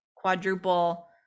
quadruple